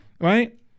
Right